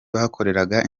bakoreraga